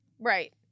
Right